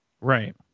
Right